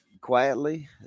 quietly